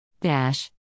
Dash